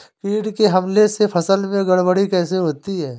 कीट के हमले से फसल में गड़बड़ी कैसे होती है?